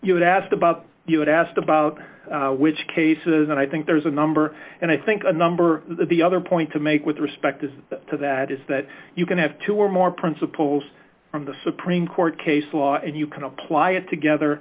you asked about you and asked about which cases and i think there's a number and i think a number of the other point to make with respect to that is that you can have two or more principles from the supreme court case law and you can apply it together